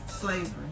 slavery